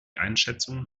einschätzungen